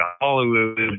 Hollywood